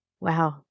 Wow